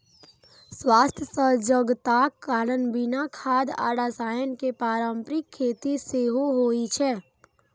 स्वास्थ्य सजगताक कारण बिना खाद आ रसायन के पारंपरिक खेती सेहो होइ छै